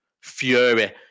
Fury